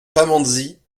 pamandzi